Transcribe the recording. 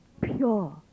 pure